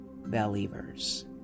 Believers